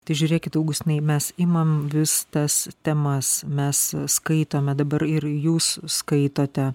tai žiūrėkit augustinai mes imam vis tas temas mes skaitome dabar ir jūs skaitote